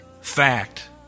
fact